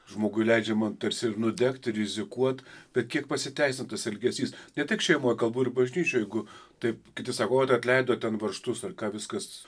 žmogui leidžiama tarsi ir nudegt ir rizikuot bet kiek pasiteisina tas elgesys ne tik šeimoj galbūt bažnyčioj jeigu taip kiti sako ot atleido ten varžtus ir ką viskas